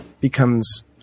becomes